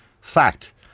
Fact